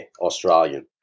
Australian